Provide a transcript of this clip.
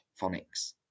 phonics